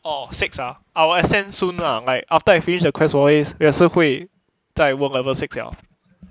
orh six ah I will ascend soon lah like after I finish the quest 我会我也是会在 world level six 了